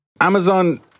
Amazon